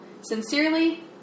Sincerely